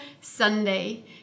Sunday